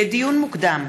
לדיון מוקדם: